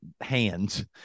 hands